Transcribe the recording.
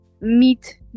meet